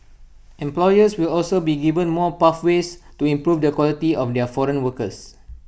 employers will also be given more pathways to improve the quality of their foreign workers